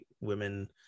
Women